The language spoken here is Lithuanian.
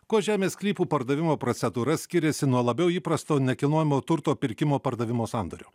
kuo žemės sklypų pardavimo procedūra skiriasi nuo labiau įprasto nekilnojamo turto pirkimo pardavimo sandorių